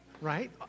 Right